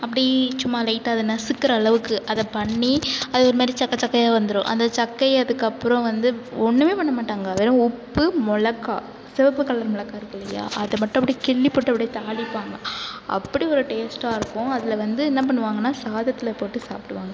அப்படி சும்மா லைட்டாக அதை நசுக்கிற அளவுக்கு அதை பண்ணி அது ஒரு பண்ணிமாரி சக்கை சக்கையாக வந்துரும் அந்த சக்கையை அதுக்கப்றோ வந்து ஒன்றுமே பண்ணமாட்டாங்க வெறும் உப்பு மிளக்கா சிவப்பு கலர் மிளகா இருக்குல்லையா அது மட்டு அப்படி கிள்ளி போட்டு அப்படி தாளிப்பாங்க அப்படி ஒரு டேஸ்ட்டாக இருக்கும் அதில் வந்து என்ன பண்ணுவாங்கன்னா சாதத்தில் போட்டு சாப்பிடுவாங்க